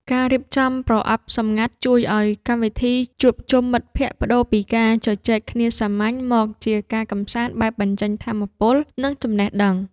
ការរៀបចំប្រអប់សម្ងាត់ជួយឱ្យកម្មវិធីជួបជុំមិត្តភក្តិប្ដូរពីការជជែកគ្នាសាមញ្ញ មកជាការកម្សាន្តបែបបញ្ចេញថាមពល និងចំណេះដឹង។